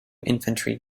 infantry